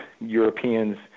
Europeans